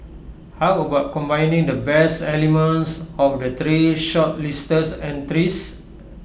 how about combining the best elements of the three shortlisted entries